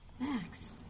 Max